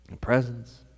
Presents